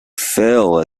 fell